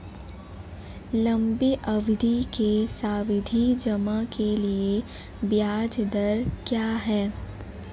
लंबी अवधि के सावधि जमा के लिए ब्याज दर क्या है?